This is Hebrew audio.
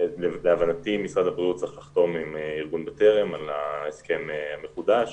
להבנתי משרד הבריאות צריך לחתום עם ארגון "בטרם" על ההסכם המחודש.